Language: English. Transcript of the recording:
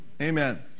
Amen